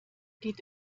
geht